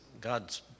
God's